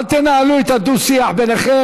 אל תנהלו את הדו-שיח ביניכם.